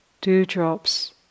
dewdrops